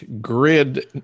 grid